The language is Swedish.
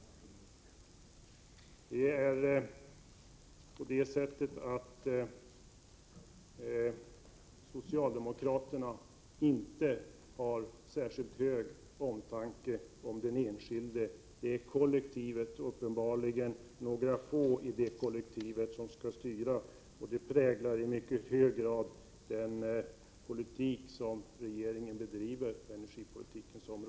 Socialdemokraterna visar inte någon särskild omtanke om den enskilde. Det är uppenbarligen kollektivet, eller några få i det kollektivet, som skall styra, och detta präglar i mycket hög grad den energipolitik regeringen bedriver.